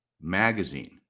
magazine